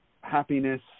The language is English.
happiness